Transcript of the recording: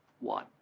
one